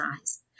eyes